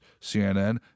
CNN